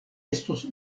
estos